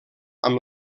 amb